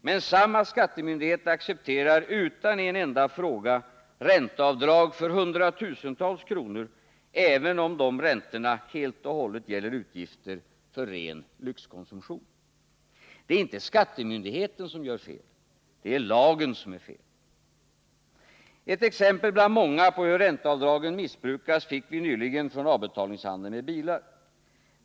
Men samma skattemyndighet accepterar utan en enda fråga ränteavdrag för hundratusentals kronor även om de räntorna helt och hållet gäller utgifter för ren lyxkonsumtion. Det är inte skattemyndigheten som gör fel, det är lagen som är fel. Ett exempel bland många på hur ränteavdragen missbrukas fick vi nyligen från avbetalningshandeln med bilar.